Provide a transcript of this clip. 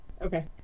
Okay